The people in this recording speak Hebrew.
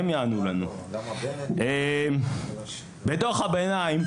בדו"ח הביניים,